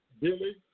Billy